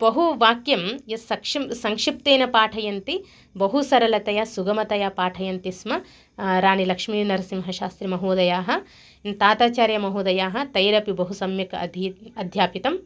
बहु वाक्यं यत् संक्षिप्तेन पाठयन्ति बहु सरलतया सुगमतया पाठयन्ति स्म राणीलक्ष्मीनरसिंहशास्त्रीमहोदयाः ताताचार्यमहोदयाः तैरपि बहु सम्यक् अधी अध्यापितम्